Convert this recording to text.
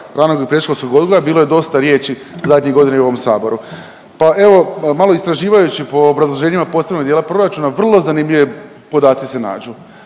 ranog i predškolskog odgoja bilo je dosta riječi zadnjih godina i u ovom saboru, pa evo malo istraživajući po obrazloženjima posebnog dijela proračuna vrlo zanimljivi podaci se nađu.